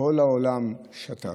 כל העולם שתק.